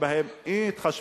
ויש בהם אי-התחשבות